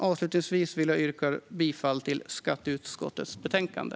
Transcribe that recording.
Avslutningsvis vill jag yrka bifall till förslaget i skatteutskottets betänkande.